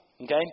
okay